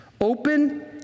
Open